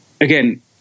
again